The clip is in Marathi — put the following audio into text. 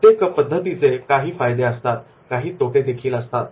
प्रत्येक पद्धतीचे काही फायदे असतात आणि काही तोटे देखील असतात